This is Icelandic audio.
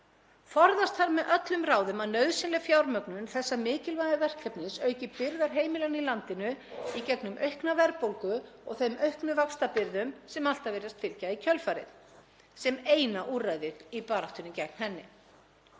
Forðast þarf með öllum ráðum að nauðsynleg fjármögnun þessa mikilvæga verkefnis auki byrðar heimilanna í landinu í gegnum aukna verðbólgu og aukna vaxtabyrði sem alltaf virðist fylgja í kjölfarið sem eina úrræðið í baráttunni gegn henni.